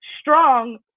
strong